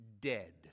dead